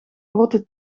grote